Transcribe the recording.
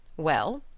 well,